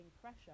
pressure